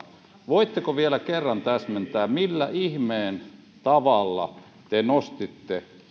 voitteko vielä kerran täsmentää millä ihmeen tavalla te nostatte